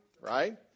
right